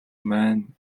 маань